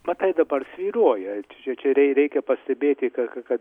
matai dabar svyruoja čia čia čia reikia pastebėti kad kad kad